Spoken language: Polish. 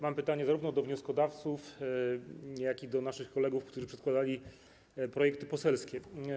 Mam pytanie zarówno do wnioskodawców, jak i do naszych kolegów, którzy przedkładali projekty poselskie.